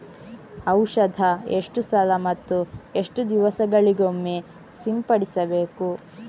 ಔಷಧ ಎಷ್ಟು ಸಲ ಮತ್ತು ಎಷ್ಟು ದಿವಸಗಳಿಗೊಮ್ಮೆ ಸಿಂಪಡಿಸಬೇಕು?